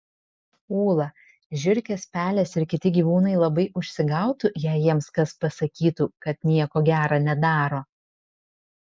ūla žiurkės pelės ir kiti gyvūnai labai užsigautų jei jiems kas pasakytų kad nieko gera nedaro